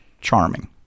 charming